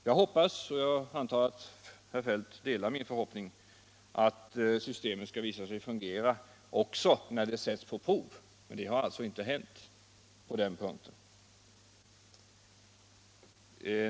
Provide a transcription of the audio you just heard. Jag hoppas — och jag antar att herr Feldt delar min förhoppning — att systemet skall visa sig fungera också om och när det sätts på prov i verkligheten. Men något sådant prov har det ännu inte utsatts för.